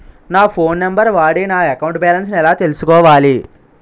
నా phone number వాడి నా అకౌంట్ బాలన్స్ ఎలా తెలుసుకోవాలి?